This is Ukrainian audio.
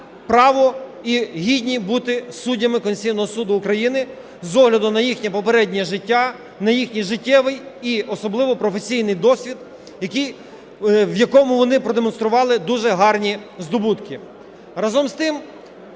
право і гідні бути суддями Конституційного Суду України з огляду на їхнє попереднє життя, на їхній життєвий і особливо професійний досвід, в якому вони продемонстрували дуже гарні здобутки.